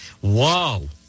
whoa